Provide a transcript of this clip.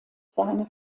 seine